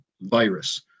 virus